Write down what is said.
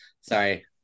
Sorry